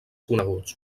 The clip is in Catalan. coneguts